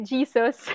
Jesus